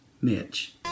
Mitch